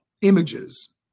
images